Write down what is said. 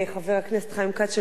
שלא נמצא כאן כרגע,